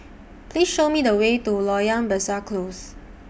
Please Show Me The Way to Loyang Besar Close